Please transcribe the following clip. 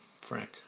Frank